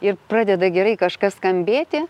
ir pradeda gerai kažkas skambėti